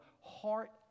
heart